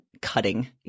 cutting